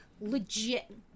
legit